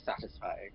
satisfying